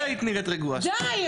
די.